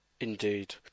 Indeed